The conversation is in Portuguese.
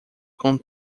com